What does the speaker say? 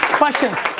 questions?